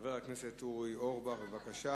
חבר הכנסת אורי אורבך, בבקשה.